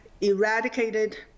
eradicated